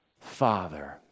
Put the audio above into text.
father